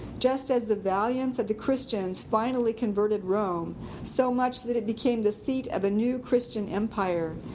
just as the valiance of the christians finally converted rome so much that it became the seat of a new christian empire,